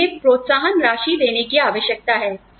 हमें उन्हें प्रोत्साहन राशि देने की आवश्यकता है